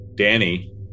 Danny